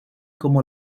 como